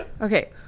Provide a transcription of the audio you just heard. Okay